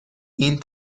این